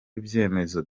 ibyemezo